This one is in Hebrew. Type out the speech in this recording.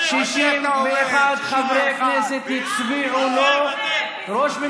61 חברי כנסת הצביעו לו לראשות